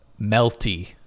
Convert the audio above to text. melty